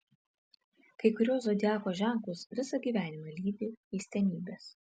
kai kuriuos zodiako ženklus visą gyvenimą lydi keistenybės